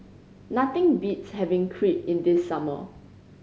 nothing beats having Crepe in the summer